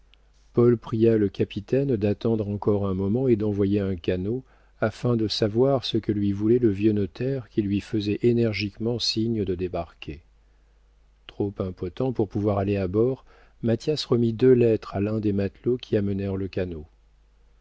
paul pria le capitaine d'attendre encore un moment et d'envoyer un canot afin de savoir ce que lui voulait le vieux notaire qui lui faisait énergiquement signe de débarquer trop impotent pour pouvoir aller à bord mathias remit deux lettres à l'un des matelots qui amenèrent le canot